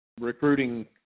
recruiting